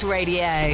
Radio